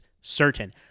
certain